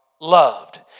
loved